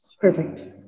perfect